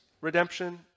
redemption